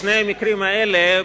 בשני המקרים האלה,